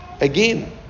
Again